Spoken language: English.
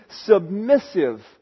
submissive